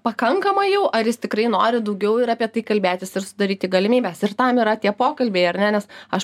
pakankamai jau ar jis tikrai nori daugiau ir apie tai kalbėtis ir sudaryti galimybes ir tam yra tie pokalbiai ar ne nes aš